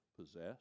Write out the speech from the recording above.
possess